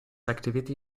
activity